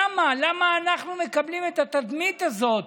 למה, למה אנחנו מקבלים את התדמית הזאת